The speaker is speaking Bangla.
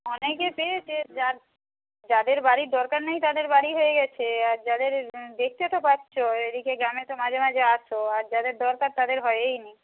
অনেকে পেয়েছে যা যাদের বাড়ির দরকার নেই তাদের বাড়ি হয়ে গেছে আর যাদের দেখতে তো পাচ্ছো এইদিকে গ্রামে তো মাঝেমাঝে আসো আর যাদের দরকার তাদের হয়েই নি